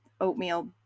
oatmeal